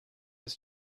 was